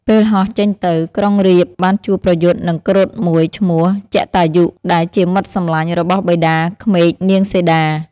ពេលហោះចេញទៅ ក្រុងរាពណ៍បានជួបប្រយុទ្ធនឹងគ្រុឌមួយឈ្មោះ ជតាយុ ដែលជាមិត្តសម្លាញ់របស់បិតាក្មេកនាងសីតា។